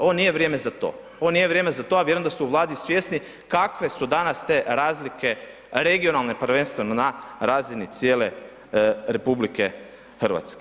Ovo nije vrijeme za to, ovo nije vrijeme za to a vjerujem da su u Vladi svjesni kakve su danas te razlike regionalne prvenstveno na razini cijele RH.